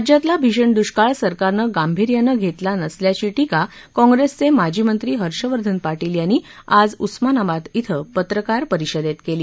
राज्यातला भीषण दृष्काळ सरकारनं गांभीर्यानं घेतला नसल्याची खरमरीत टीका काँग्रेसचे माजी मंत्री हर्षवर्धन पाटील यांनी आज उस्मानाबाद इथं पत्रकार परिषदेत केली